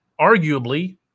arguably